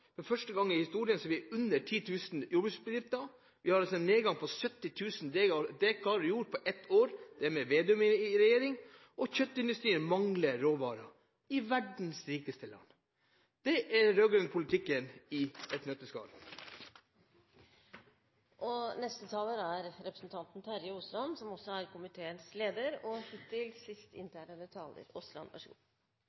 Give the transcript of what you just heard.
for første gang i historien har vi under 10 000 jordbruksbedrifter. Vi har altså en nedgang på 70 000 dekar jord på ett år – det er med statsråd Slagsvold Vedum i regjering – og kjøttindustrien mangler råvarer, i verdens rikeste land. Det er den rød-grønne politikken i et